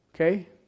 Okay